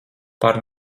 par